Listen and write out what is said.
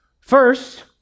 First